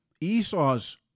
Esau's